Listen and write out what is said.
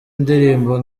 indirimbo